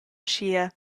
aschia